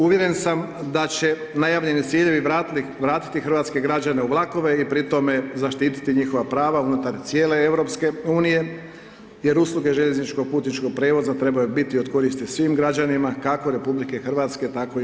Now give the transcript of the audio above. Uvjeren sam da će najavljeni ciljevi vratiti hrvatske građane u vlakove i pri tome zaštiti njihova prava unutar cijele EU jer usluge željezničkog putničkog prijevoza trebaju biti od koristi svim građanima kako RH tako i EU.